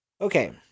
Okay